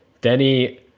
Denny